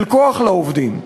של "כוח לעובדים",